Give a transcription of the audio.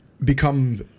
become